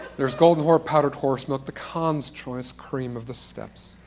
there is golden horse powdered horse milk, the khan's choice cream of the steppes,